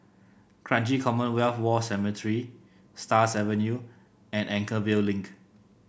Kranji Commonwealth War Cemetery Stars Avenue and Anchorvale Link